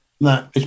No